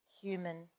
human